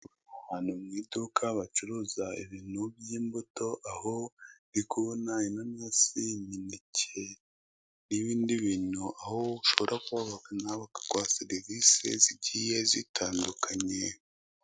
Abantu mu iduka bacuruza ibintu by'imbuto aho ndi kubona inanasi, imineke n'ibindi bintu aho ushobora kubaka nawe bakaguha serivise zigiye zitandukanye.